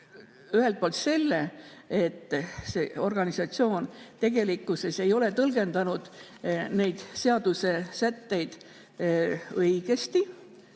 ühelt poolt välja selle, et see organisatsioon ei ole tõlgendanud neid seadusesätteid õigesti.